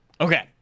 okay